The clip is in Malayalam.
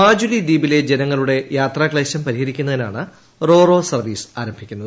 മാജുലി ദ്വീപിലെ ജനങ്ങളുടെ യാത്രാക്ലേശം പരിഹരിക്കുന്നതിനാണ് റോ റോ സർവ്വീസ് ആരംഭിക്കുന്നത്